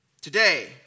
Today